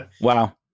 Wow